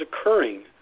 occurring